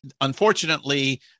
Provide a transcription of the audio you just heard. Unfortunately